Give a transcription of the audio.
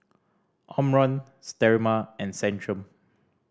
Omron Sterimar and Centrum